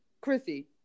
Chrissy